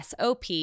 SOP